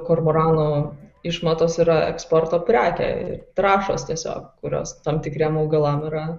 kormoranų išmatos yra eksporto prekė trąšos tiesiog kurios tam tikriem augalam a